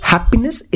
Happiness